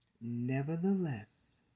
Nevertheless